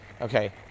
Okay